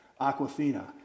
Aquafina